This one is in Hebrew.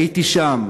הייתי שם.